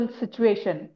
situation